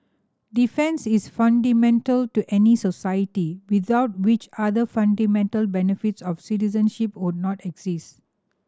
defence is fundamental to any society without which other fundamental benefits of citizenship would not exist